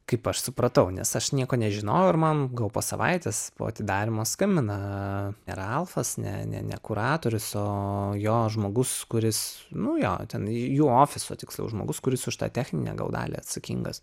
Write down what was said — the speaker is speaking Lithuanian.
kaip aš supratau nes aš nieko nežinojau ir man gal po savaitės po atidarymo skambina ralfas ne ne ne kuratorius o jo žmogus kuris nu jo ten jų ofiso tiksliau žmogus kuris už tą techninę gal dalį atsakingas